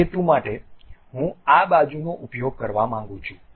તે હેતુ માટે હું આ બાજુનો ઉપયોગ કરવા માંગુ છું